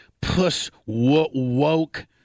puss-woke